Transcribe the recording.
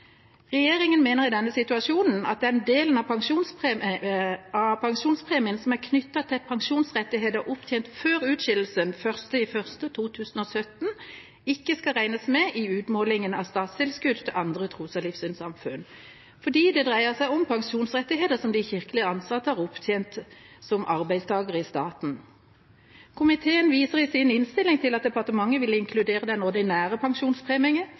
mener i denne situasjonen at statstilskuddet til den delen av pensjonspremien som er knyttet til pensjonsrettigheter opptjent før utskillelsen 1. januar 2017, ikke skal regnes med i utmålingen av statstilskudd til andre tros- og livssynssamfunn, fordi det dreier seg om pensjonsrettigheter som de kirkelige ansatte har opptjent som arbeidstakere i staten. Komiteen viser i sin innstilling til at departementet vil inkludere den ordinære